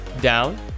down